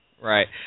Right